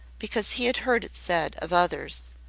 because he had heard it said of others.